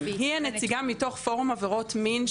היא הנציגה מתוך פורום עבירות מין,